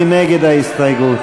מי נגד ההסתייגות?